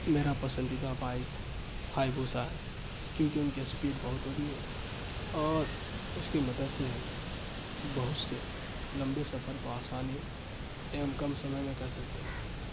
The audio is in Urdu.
میرا پسندیدہ بائیک ہائی بوسا ہے کیونکہ ان کی اسپیڈ بہت ہوتی ہے اور اس کی مدد سے بہت سے لمبے سفر کو آسانی ایوم کم سمے میں کر سکتے ہیں